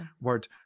word